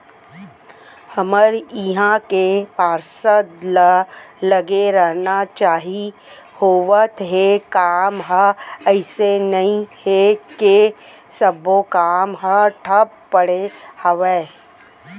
हमर इहाँ के पार्षद ल लगे रहना चाहीं होवत हे काम ह अइसे नई हे के सब्बो काम ह ठप पड़े हवय